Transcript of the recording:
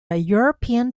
european